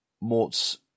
Morts